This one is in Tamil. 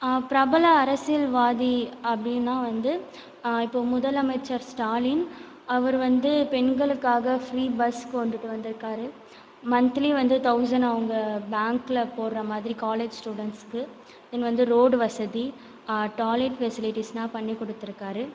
பிரபல அரசியல் வாதி அப்படினா வந்து இப்போ முதலமைச்சர் ஸ்டாலின் அவரு வந்து பெண்களுக்காக ஃப்ரீ பஸ் கொண்டுட்டு வந்துருக்காரு மன்த்லி வந்து தவ்சண்ட் அவங்க பேங்கில் போடுகிற மாதிரி காலேஜ் ஸ்டூடெண்ட்ஸ்க்கு தென் வந்து ரோட் வசதி டாய்லெட் ஃபெசிலிடிஸ்னா பண்ணி கொடுத்துருக்காரு